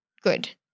good